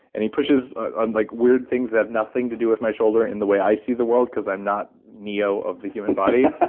and he pushes on like weird things that nothing to do with my shoulder in the way i see the world, because i'm not neo of the human body.